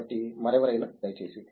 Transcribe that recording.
కాబట్టి మరెవరైనా దయచేసి